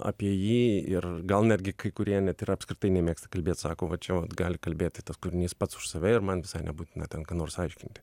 apie jį ir gal netgi kai kurie net ir apskritai nemėgsta kalbėti sako va čia vat gali kalbėti tas kūrinys pats už save ir man visai nebūtina ten ką nors aiškinti